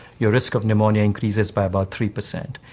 your risk of pneumonia increases by about three percent.